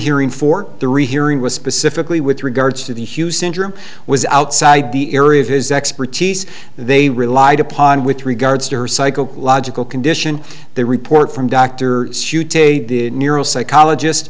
hearing for the rehearing was specifically with regards to the hue syndrome was outside the area of his expertise they relied upon with regards to her psychological condition the report from doctor neuro psychologist